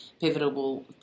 pivotal